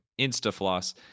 Instafloss